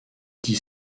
dix